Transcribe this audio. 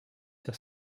sur